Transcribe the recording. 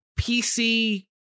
PC